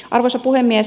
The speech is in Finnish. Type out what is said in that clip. arvoisa puhemies